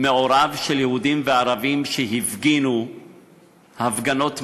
מעורב של יהודים וערבים, שהפגינו הפגנות מחאה,